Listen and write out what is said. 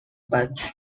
badge